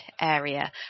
area